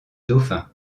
dauphin